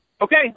Okay